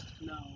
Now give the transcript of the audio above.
No